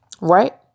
right